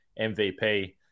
MVP